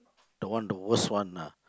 the one the worst one ah